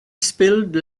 spilled